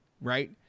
Right